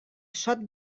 sot